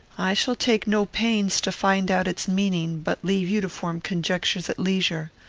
i shall take no pains to find out its meaning, but leave you to form conjectures at leisure.